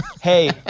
hey